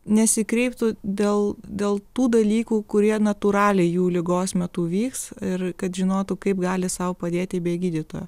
nesikreiptų dėl dėl tų dalykų kurie natūraliai jų ligos metu vyks ir kad žinotų kaip gali sau padėti be gydytojo